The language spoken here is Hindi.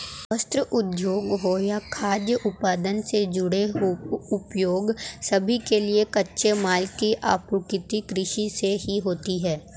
वस्त्र उद्योग हो या खाद्य उत्पादन से जुड़े उद्योग सभी के लिए कच्चे माल की आपूर्ति कृषि से ही होती है